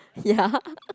ya